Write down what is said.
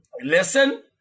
listen